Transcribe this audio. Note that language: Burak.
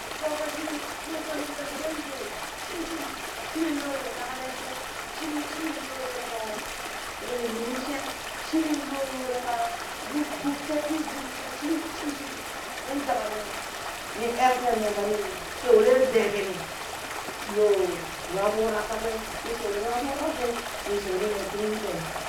Shokashini nung ka lul ka sheween dee shim shim, shini loo yele ɓaklen shee, shini shini loo yelka yel yimin shee, shini loo yel kanin gub tee tii vum she, shini tee shimshim min dabaninu ni eree tee nung kani shewleng dee kini, loo nwa ɓurak kakakwe ni shewlee nywa ɓurak dee ni shewee nee tumi dee.